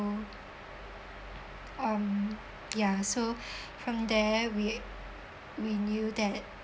um ya so from there we we knew that